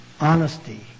honesty